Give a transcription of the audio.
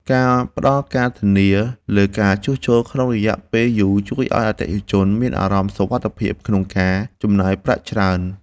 ការផ្តល់ការធានាលើការជួសជុលក្នុងរយៈពេលយូរជួយឱ្យអតិថិជនមានអារម្មណ៍សុវត្ថិភាពក្នុងការចំណាយប្រាក់ច្រើន។